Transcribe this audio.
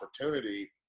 opportunity